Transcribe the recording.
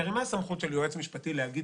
כי הרי מה הסמכות של יועץ משפטי להגיד